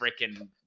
freaking